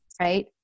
right